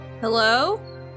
Hello